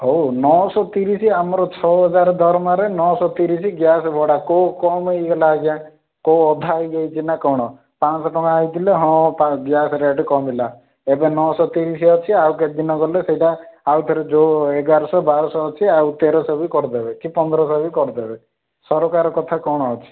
ହଉ ନଅଶହ ତିରିଶ ଆମର ଛଅହଜାର ଦରମାରେ ନଅଶହ ତିରିଶ ଗ୍ୟାସ୍ ଭଡ଼ା କଉ କମ୍ ହେଇଗଲା ଆଜ୍ଞା କେଉଁ ଅଧା ହେଇଯାଇଛି ନା କ'ଣ ପାଞ୍ଚଶହ ଟଙ୍କା ହେଇଥିଲେ ହଁ ଗ୍ୟାସ୍ ରେଟ୍ ହଁ କମିଲା ଏବେ ନଅଶହ ତିରିଶ ଅଛି ଆଉ କେତେଦିନ ଗଲେ ସେଇଟା ଆଉଥରେ ଯେଉଁ ଏଗାରଶହ ବାରଶହ ଅଛି ଆଉ ତେରଶହ ବି କରିଦେବେ କି ପନ୍ଦରଶହ ବି କରିଦେବେ ସରକାର କଥା କ'ଣ ଅଛି